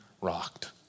rocked